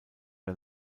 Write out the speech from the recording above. der